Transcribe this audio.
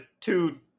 two